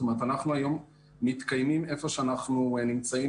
היום אנחנו מתקיימים איפה שאנחנו נמצאים